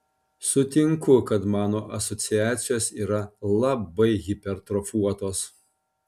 sutinku kad mano asociacijos yra labai hipertrofuotos